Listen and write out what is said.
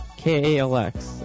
KALX